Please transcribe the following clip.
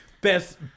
best